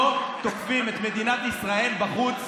לא תוקפים את מדינת ישראל בחוץ.